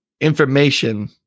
information